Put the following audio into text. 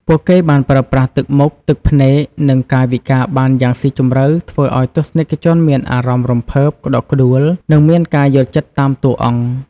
ពួកគេបានប្រើប្រាស់ទឹកមុខ ទឹកភ្នែក និងកាយវិការបានយ៉ាងស៊ីជម្រៅធ្វើឱ្យទស្សនិកជនមានអារម្មណ៍រំភើប ក្ដុកក្ដួល និងមានការយល់ចិត្តតាមតួអង្គ។